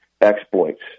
exploits